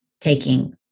taking